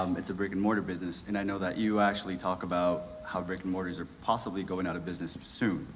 um it's a brick and mortar business, and i know that you actually talk about how brick and mortars are possibly going out of business soon.